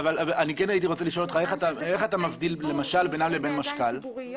איך אתה מבדיל בינם לבין משכ"ל?